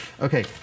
okay